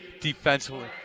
defensively